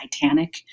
Titanic